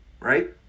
Right